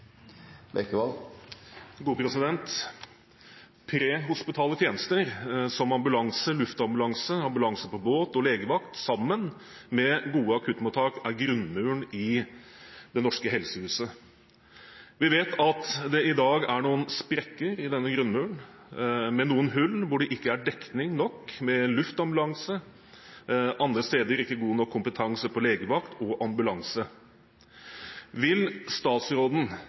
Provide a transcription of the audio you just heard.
grunnmuren i det norske helsehuset. Vi vet at det i dag er noen sprekker i denne grunnmuren med noen hull hvor det ikke er dekning nok med luftambulanse, andre steder ikke god nok kompetanse på legevakt og ambulanse. Vil statsråden